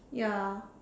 ya